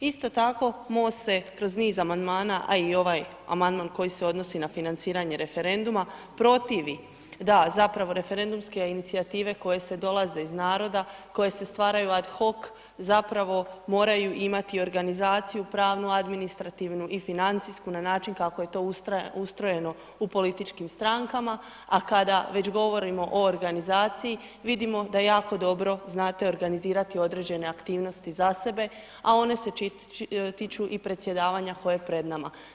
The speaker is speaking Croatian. Isto tako, MOST se kroz niz amandmana, a i ovaj amandman koji se odnosi na financiranje referenduma protivi da zapravo referendumske inicijative koje se dolaze iz naroda, koje se stvaraju ad hoc zapravo moraju imati organizaciju, pravnu, administrativnu i financijsku na način kako je to ustrojeno u političkim strankama, a kada već govorimo o organizaciji, vidimo da jako dobro znate organizirati određene aktivnosti za sebe, a one se tiču i predsjedavanja koje je pred nama.